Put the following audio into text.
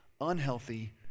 unhealthy